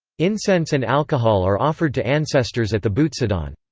incense and alcohol are offered to ancestors at the butsudan.